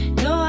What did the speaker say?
no